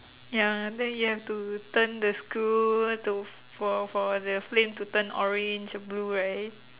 ya than you have to turn the screw to f~ for for the flame to turn orange blue right